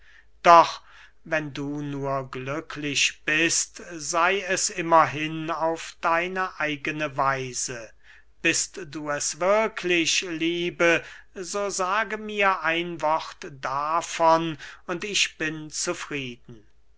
doch wenn du nur glücklich bist sey es immerhin auf deine eigene weise bist du es wirklich liebe so sage mir ein wort davon und ich bin zufrieden